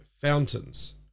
Fountains